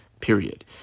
period